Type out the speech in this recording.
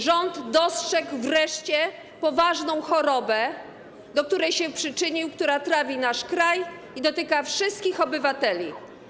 Rząd dostrzegł wreszcie poważną chorobę, do której się przyczynił, która trawi nasz kraj i dotyka wszystkich obywateli.